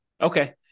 Okay